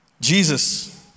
Jesus